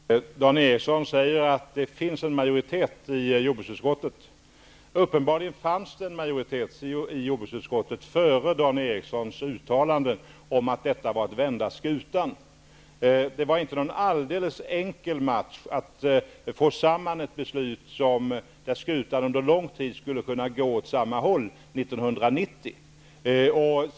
Fru talman! Dan Ericsson i Kolmården sade att det finns en majoritet i jordbruksutskottet. Det fanns uppenbarligen en majoritet före Dan Ericssons uttalanden om att detta var som att vända skutan. Det var inte någon alldeles enkel match att 1990 få till stånd ett beslut som skulle få skutan att under lång tid gå åt samma håll.